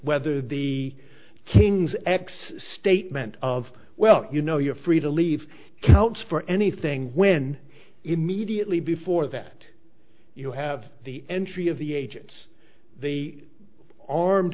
whether the king's x statement of well you know you're free to leave counts for anything when immediately before that you have the entry of the agents the armed